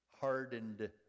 Hardened